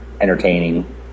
entertaining